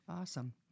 Awesome